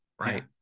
right